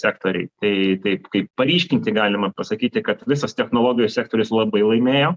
sektoriai tai taip kaip paryškinti galima pasakyti kad visas technologijų sektorius labai laimėjo